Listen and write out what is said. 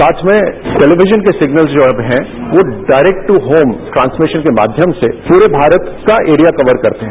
साथ में टेलीविजन के सिगनल्स जो अब हैं वो डायरेक्ट दू होम ट्रांसमिशन के माध्यम से पूरे भारत का एरिया कवर करते हैं